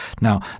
Now